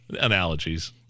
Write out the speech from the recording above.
analogies